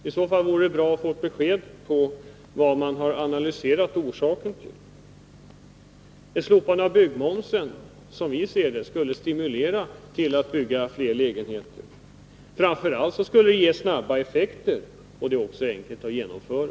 I så fall vore det bra att få besked om vilka analyser man har gjort av orsakerna. Ett slopande av byggmomsen skulle, som vi ser det, stimulera till byggande av flera lägenheter. Framför allt skulle det ge snabba effekter, och det är också enkelt att genomföra.